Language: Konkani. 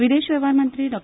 विदेश वेव्हार मंत्री डॉ